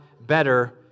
better